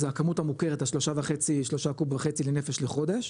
זה הכמות המוכרת ה-3.5 קוב לנפש לחודש,